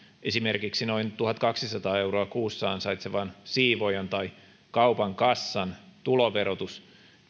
esimerkiksi noin tuhatkaksisataa euroa kuussa ansaitsevan siivoojan tai kaupan kassan tuloverotus